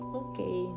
okay